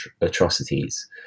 atrocities